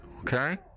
Okay